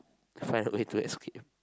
find a way to escape